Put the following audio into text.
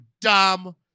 dumb